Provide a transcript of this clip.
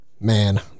Man